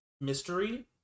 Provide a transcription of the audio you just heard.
mystery